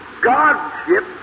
godship